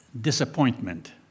disappointment